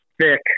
thick